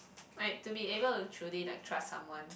like to be able to truly like trust someone